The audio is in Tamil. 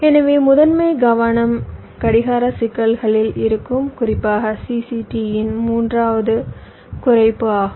எனவே முதன்மை கவனம் கடிகார சிக்கல்களில் இருக்கும் குறிப்பாக CCT யின் மூன்றாவது குறைப்பு ஆகும்